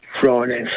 Friday